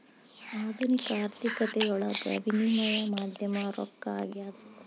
ಆಧುನಿಕ ಆರ್ಥಿಕತೆಯೊಳಗ ವಿನಿಮಯ ಮಾಧ್ಯಮ ರೊಕ್ಕ ಆಗ್ಯಾದ